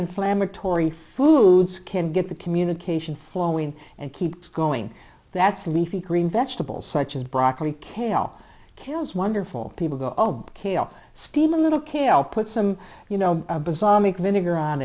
inflammatory foods can get the communication flowing and keeps going that's leafy green vegetables such as broccoli kale kills wonderful people go oh kale steam a little kale put some you know vinegar on